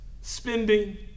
spending